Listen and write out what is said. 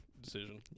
decision